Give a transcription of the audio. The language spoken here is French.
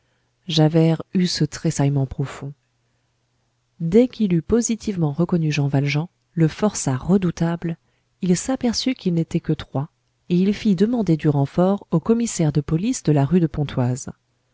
javert eut ce tressaillement profond dès qu'il eut positivement reconnu jean valjean le forçat redoutable il s'aperçut qu'ils n'étaient que trois et il fit demander du renfort au commissaire de police de la rue de pontoise